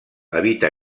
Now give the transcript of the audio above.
habita